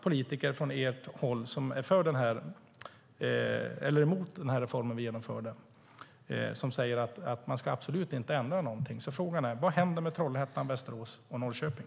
Politiker från ert håll är emot den reform vi genomförde, som innebär att absolut ingenting ska ändras. Vad händer med Trollhättan, Västerås och Norrköping?